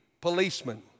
policemen